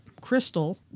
crystal